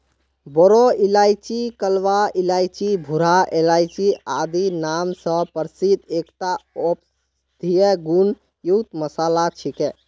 बोरो इलायची कलवा इलायची भूरा इलायची आदि नाम स प्रसिद्ध एकता औषधीय गुण युक्त मसाला छिके